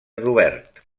robert